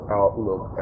outlook